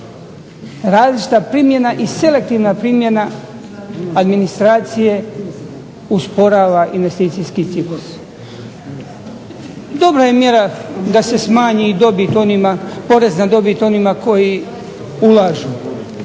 Različita primjena i selektivna primjera administracije usporava investicijski ciklus. Dobra je mjera da se smanji dobit onima koji ulažu